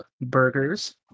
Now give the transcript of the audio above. burgers